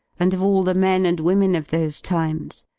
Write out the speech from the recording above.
and of all the men and women of those times,